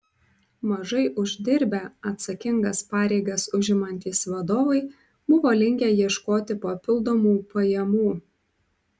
mažai uždirbę atsakingas pareigas užimantys vadovai buvo linkę ieškoti papildomų pajamų